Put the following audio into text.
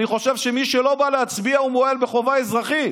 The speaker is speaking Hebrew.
אני חושב שמי שלא בא להצביע מועל בחובה אזרחית,